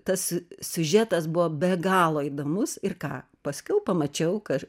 tas siužetas buvo be galo įdomus ir ką paskiau pamačiau kaž